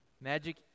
Magic